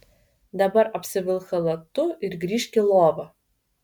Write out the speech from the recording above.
dabar apsivilk chalatu ir grįžk į lovą